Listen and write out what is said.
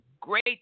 great